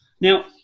Now